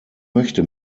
möchte